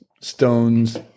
stones